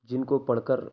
جن کو پڑھ کر